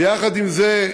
ויחד עם זה,